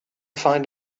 find